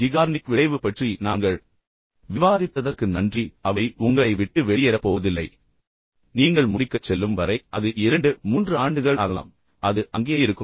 Zeigarnik விளைவு பற்றி நாங்கள் விவாதித்ததற்கு நன்றி அவை உங்களை விட்டு வெளியேறப் போவதில்லை நீங்கள் முடிக்கச் செல்லும் வரை அது 2 ஆண்டுகள் 3 ஆண்டுகள் ஆகலாம் பின்னர் அது அங்கேயே இருக்கும்